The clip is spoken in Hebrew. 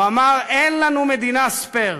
הוא אמר: אין לנו מדינה "ספייר".